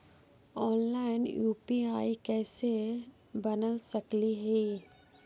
Online UPI कैसे बना सकली ही?